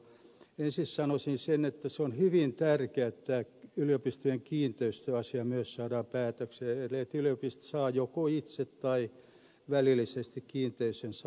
ensin sanoisin sen että on hyvin tärkeää että tämä yliopistojen kiinteistöasia myös saadaan päätökseen että yliopistot saavat joko itse tai välillisesti kiinteistönsä omaan käyttöön